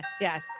yes